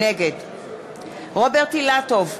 נגד רוברט אילטוב,